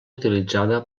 utilitzada